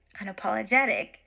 unapologetic